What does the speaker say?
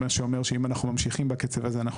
דבר שאומר שאם אנחנו ממשיכים ברצה הזה אנחנו